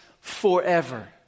forever